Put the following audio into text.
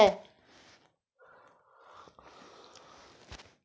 mechanical tree shaker का उपयोग कुछ फलों के पेड़ों, विशेषकर पेकान की कटाई में किया जाता है